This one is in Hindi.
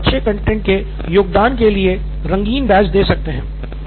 आप यहाँ अच्छे कंटैंट के योगदान के लिए रंगीन बैज दे सकते हैं